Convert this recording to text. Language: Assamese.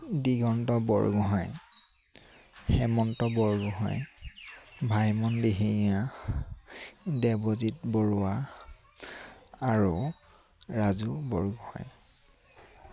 দিগন্ত বৰগোহাঁই হেমন্ত বৰগোহাঁই ভাইমন দিহিঙীয়া দেৱজিৎ বৰুৱা আৰু ৰাজু বৰগোহাঁই